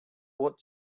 what